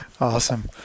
Awesome